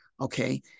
Okay